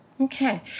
Okay